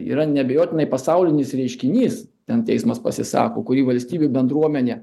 yra neabejotinai pasaulinis reiškinys ten teismas pasisako kurį valstybių bendruomenė